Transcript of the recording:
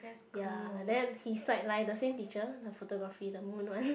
ya then he side like the same teacher the photography the moon one